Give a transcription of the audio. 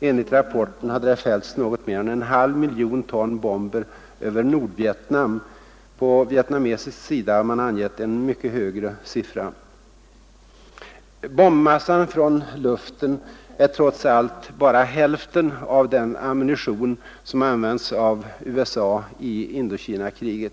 Enligt rapporten hade det fällts något mer än en halv miljon ton bomber över Nordvietnam. På vietnamesisk sida har man angivit en mycket högre siffra. Bombmassan från luften är trots allt bara hälften av den ammunition som använts av USA i Indokinakriget.